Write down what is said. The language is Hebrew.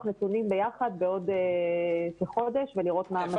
נתונים ביחד בעוד כחודש ולראות מה המצב.